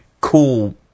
cool